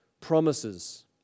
promises